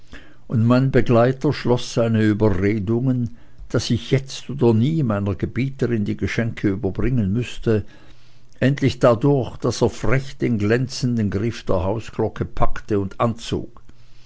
und mein begleiter schloß seine überredungen daß ich jetzt oder nie meiner gebieterin die geschenke überbringen müßte endlich dadurch daß er frech den glänzenden griff der hausglocke packte und anzog